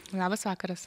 labas vakaras